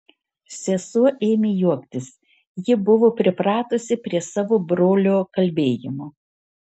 sesuo ėmė juoktis ji buvo pripratusi prie savo brolio kalbėjimo